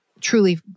truly